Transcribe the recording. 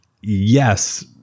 yes